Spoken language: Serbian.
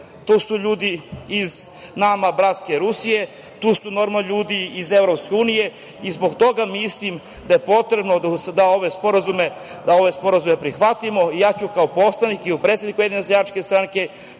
tu su ljudi iz nama bratske Rusije, tu su normalno ljudi iz EU. Zbog toga mislim da je potrebno da ove sporazume prihvatimo. Ja ću kao poslanik, kao predsednik Ujedinjene seljačke stranke